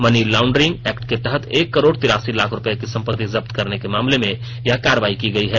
money laundering act के तहत एक करोड़ तिरासी लाख रुपए की संपत्ति जब्त करने के मामले में यह कार्रवाई की है